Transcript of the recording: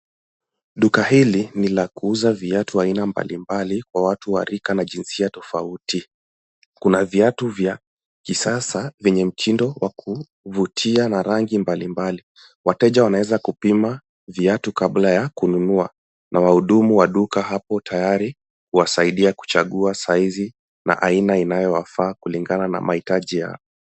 Duka hili ni la kuuza viatu aina mbalimbali, kwa watu wa rika na jinsia tofauti. Kuna viatu vya kisasa vyenye mtindo wa kuvutia na rangi mbalimbali. Wateja wanaeza kupima viatu kabla ya kununua. Na wahudumu wa duka hapo tayari kuwasaidia kuchagua saizi, na aina inayowafaa kulingana na mahitaji yao.